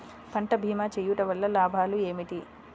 పంట భీమా చేయుటవల్ల లాభాలు ఏమిటి?